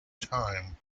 time